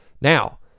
Now